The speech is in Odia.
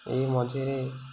ଏହି ମଝିରେ